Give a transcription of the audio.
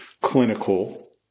clinical